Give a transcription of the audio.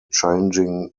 changing